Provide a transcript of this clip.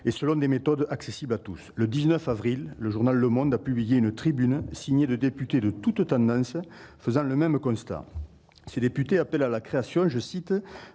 et selon des méthodes accessibles à tous. Le 19 avril, le journal a publié une tribune signée de députés de toutes tendances, dressant le même constat. Ces députés appellent à la création d'«